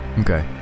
Okay